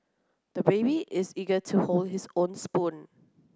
the baby is eager to hold his own spoon